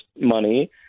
money